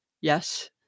Yes